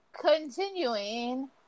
continuing